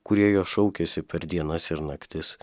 kurie jo šaukiasi per dienas ir naktis